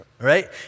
right